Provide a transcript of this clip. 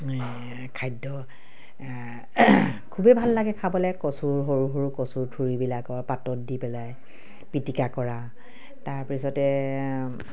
খাদ্য খুবেই ভাল লাগে খাবলৈ কচুৰ সৰু সৰু কচুৰ থুৰিবিলাকৰ পাতত দি পেলাই পিটিকা কৰা তাৰপিছতে